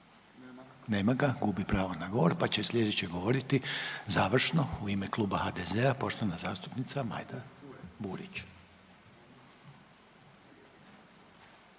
Nema ga, gubi pravo na govor, pa slijedeće govoriti završno u ime Kluba HDZ-a poštovana zastupnica Majda Burić.